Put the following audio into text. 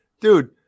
Dude